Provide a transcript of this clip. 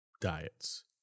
diets